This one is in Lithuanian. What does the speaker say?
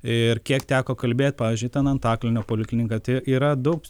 ir kiek teko kalbėt pavyzdžiui ten antakalnio poliklinika tai yra daug